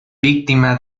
víctima